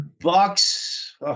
Bucks